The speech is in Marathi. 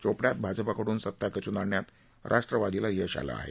चोपड्यात भाजपाकडून सत्ता खेचून आणण्यात राष्ट्रवादीला यश आलं आहे